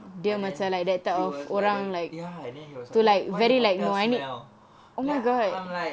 but then he was like then ya and then he was like why why the hotel smell then I'm like